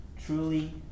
Truly